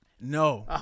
no